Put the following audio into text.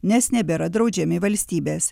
nes nebėra draudžiami valstybės